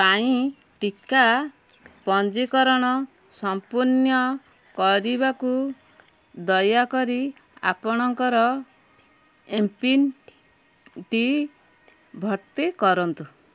ପାଇଁ ଟିକା ପଞ୍ଜୀକରଣ ସମ୍ପୂର୍ଣ୍ଣ କରିବାକୁ ଦୟାକରି ଆପଣଙ୍କର ଏମ୍ପିନଟି ଭର୍ତ୍ତି କରନ୍ତୁ